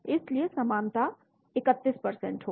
इसलिए समानता 31 होगी